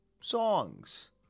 songs